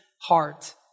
heart